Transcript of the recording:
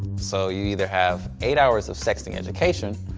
so you either have eight hours of sexting education,